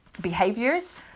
behaviors